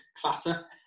Clatter